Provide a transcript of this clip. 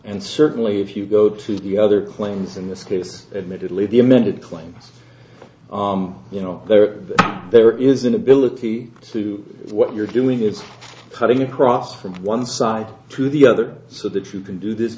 and certainly if you go to the other claims in this case admittedly the amended claims you know there are there is an ability to what you're doing it's cutting across from one side to the other so that you can do this